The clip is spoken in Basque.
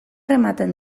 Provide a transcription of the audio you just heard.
ematen